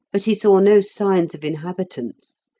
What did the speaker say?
but he saw no signs of inhabitants,